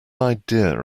idea